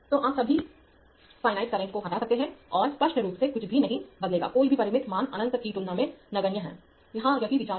तोआप सभी finite current को हटा सकते हैं और स्पष्ट रूप से कुछ भी नहीं बदलेगा कोई भी परिमित मान अनंत की तुलना में नगण्य है यहाँ यही विचार है